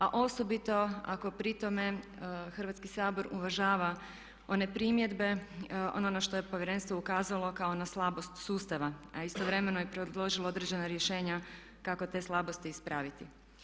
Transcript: A osobito ako pri tome Hrvatski sabor uvažava one primjedbe, ono na što je Povjerenstvo ukazalo kao na slabost sustava a istovremeno je predložilo određena rješenja kako te slabosti ispraviti.